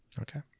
okay